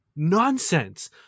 nonsense